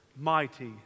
mighty